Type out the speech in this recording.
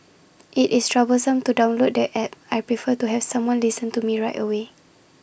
IT is troublesome to download the App I prefer to have someone listen to me right away